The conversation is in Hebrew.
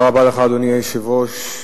אדוני היושב-ראש,